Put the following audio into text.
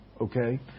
okay